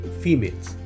females